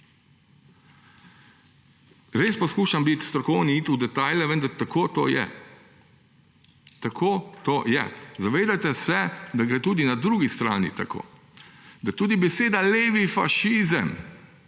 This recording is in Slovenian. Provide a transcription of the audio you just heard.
Res poskušam biti strokoven, iti v detajle, vendar tako to je. Tako to je. Zavedajte se, da gre tudi na drugi strani tako, da bo tudi beseda »levi fašizem«